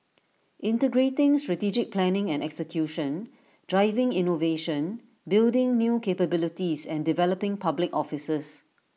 integrating strategic planning and execution driving innovation building new capabilities and developing public officers